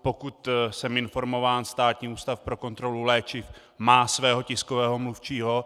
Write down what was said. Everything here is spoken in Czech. Pokud jsem informován, Státní ústav pro kontrolu léčiv má svého tiskového mluvčího.